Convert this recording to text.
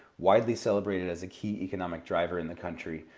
widely celebrated as a key economic driver in the country.